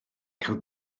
cael